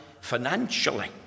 financially